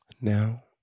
Now